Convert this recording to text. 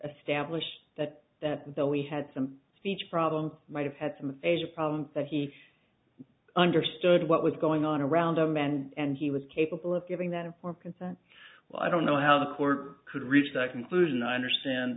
a stablished that that though we had some speech problems might have had some aphasia problem that he understood what was going on around him and he was capable of giving that up for consent well i don't know how the court could reach that conclusion i understand